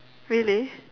really